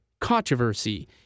controversy